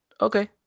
okay